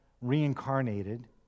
reincarnated